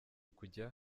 kujya